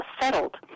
settled